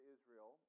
Israel